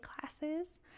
classes